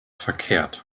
verkehrt